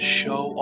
show